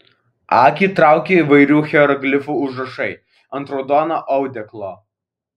akį traukia įvairių hieroglifų užrašai ant raudono audeklo